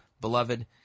beloved